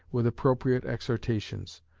with appropriate exhortations,